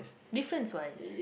difference wise